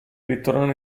ritornano